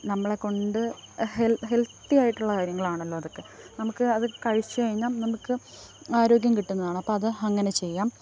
നമ്മളെ കൊണ്ട് ഹെല്ത്ത്യായിട്ടുള്ള കാര്യങ്ങളാണല്ലോ അതൊക്കെ നമുക്ക് അത് കഴിച്ച് കഴിഞ്ഞ് നമുക്ക് ആരോഗ്യം കിട്ടുന്നതാണ് അപ്പോൾ അത് അങ്ങനെ ചെയ്യാം